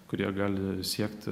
kurie gali siekti